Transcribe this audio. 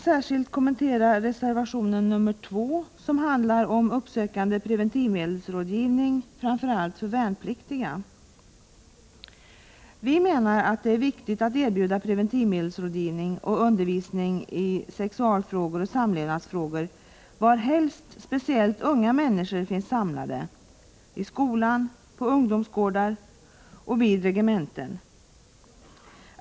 Jag skall så kommentera reservation 2, som handlar om uppsökande preventivmedelsrådgivning, framför allt för värnpliktiga. Vi menar att det är viktigt att erbjuda preventivmedelsrådgivning och undervisning i sexualoch samlevnadsfrågor varhelst unga människor finns samlade — 21 i skolor, på ungdomsgårdar och vid regementen.